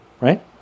Right